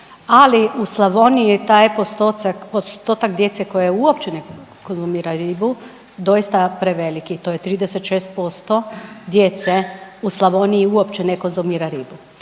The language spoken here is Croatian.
ali u Slavoniji je taj postotak djece koja uopće ne konzumira ribu doista preveliki, to je 36% djece u Slavoniji uopće ne konzumira ribu.